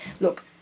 look